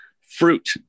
fruit